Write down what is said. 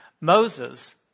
Moses